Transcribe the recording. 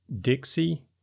Dixie